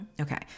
okay